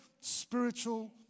spiritual